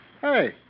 Hey